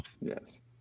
Yes